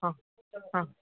ହଁ ହଁ